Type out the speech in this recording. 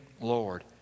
lord